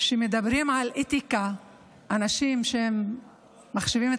כשמדברים על אתיקה אנשים שמחשיבים את